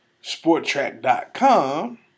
Sporttrack.com